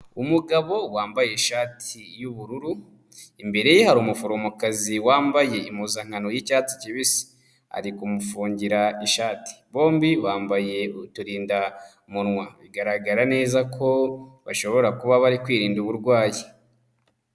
Umugabo wambaye ishati y'ubururu, imbere ye hari umuforomokazi wambaye impuzankano y'icyatsi kibisi. Ari kumufungira ishati. Bombi bambaye uturindamunwa. Bigaragara neza ko bashobora kuba bari kwirinda uburwayi.